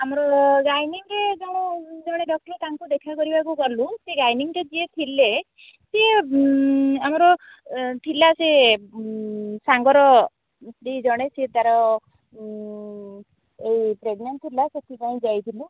ଆମର ଗାଇନିଂରେ ଜଣ ଜଣେ ଡକ୍ଟର ତାଙ୍କୁ ଦେଖା କରିବାକୁ ଗଲୁ ସେ ଗାଇନିଂଟା ଯିଏ ଥିଲେ ସିଏ ଆମର ଥିଲା ସେ ସାଙ୍ଗର ଯିଏ ଜଣେ ସିଏ ତାର ଏଇ ପ୍ରେଗନେଣ୍ଟ ଥିଲା ସେଥିପାଇଁ ଯାଇଥିଲୁ